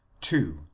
two